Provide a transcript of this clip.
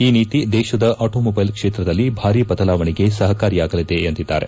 ಈ ನೀತಿ ದೇಶದ ಆಟೋ ಮೊಬೈಲ್ ಕ್ಷೇತ್ರದಲ್ಲಿ ಬದಲಾವಣೆಗೆ ಸಹಕಾರಿಯಾಗಲಿದೆ ಎಂದಿದ್ದಾರೆ